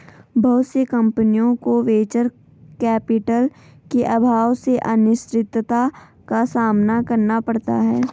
बहुत सी कम्पनियों को वेंचर कैपिटल के अभाव में अनिश्चितता का सामना करना पड़ता है